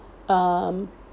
um